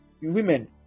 women